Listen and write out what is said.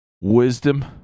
Wisdom